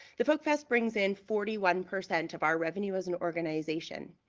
the folk fest brings in forty one percent of our revenue as an organization.